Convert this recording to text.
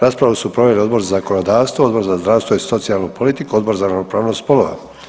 Raspravu su proveli Odbor za zakonodavstvo, Odbor za zdravstvo i socijalnu politiku, Odbor za ravnopravnost spolova.